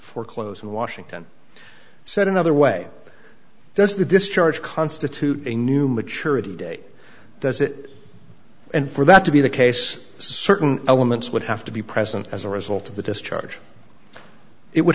foreclose in washington said another way does the discharge constitute a new maturity date does it and for that to be the case certain elements would have to be present as a result of the discharge it would